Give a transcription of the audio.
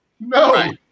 No